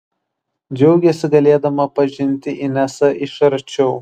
džiaugėsi galėdama pažinti inesą iš arčiau